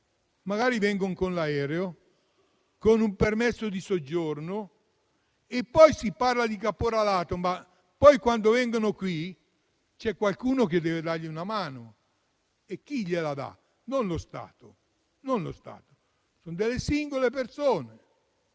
magari con l'aereo e un permesso di soggiorno. Poi si parla di caporalato, ma, quando vengono qui, c'è qualcuno che deve dargli una mano. E chi gliela dà? Non lo Stato. Sono singole persone: